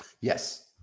Yes